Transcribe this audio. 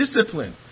discipline